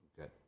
okay